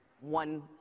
one